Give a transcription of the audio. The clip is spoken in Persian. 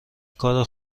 کار